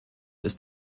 ist